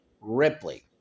Ripley